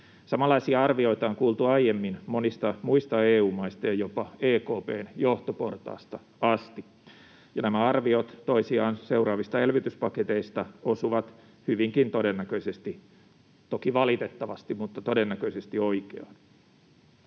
Samalaisia arvioita on kuultu aiemmin monista muista EU-maista ja jopa EKP:n johtoportaasta asti, ja nämä arviot toisiaan seuraavista elvytyspaketeista osuvat hyvinkin todennäköisesti, toki valitettavasti mutta todennäköisesti, oikeaan.